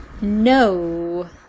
No